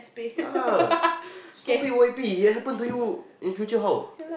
ya lah stupid why happy it happen to you in future how